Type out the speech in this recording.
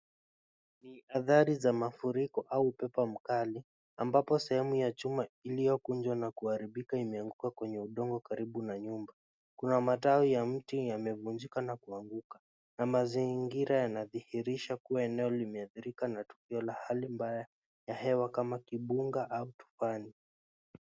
Adhari za mafuriko au upepo mkali ambapo sehemu ya chuma iliyo kunjwa na kuharibika imeanguka kwenye udongo karibu na nyumba kuna matawi ya mti yamevunjika na kuanguka na mazingira yanadhihirisha kuwa eneo limeadhirika na tukio la hali mbaya ya hewa mbaya kimbunga au tufani.